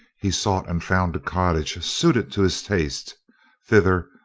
he sought and found a cottage suited to his taste thither,